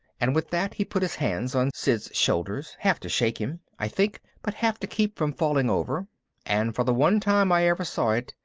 and with that he put his hands on sid's shoulders, half to shake him, i think, but half to keep from falling over. and for the one time i ever saw it,